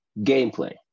gameplay